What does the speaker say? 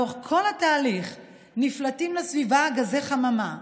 לאורך כל התהליך נפלטים לסביבה גזי חממה ומזהמים,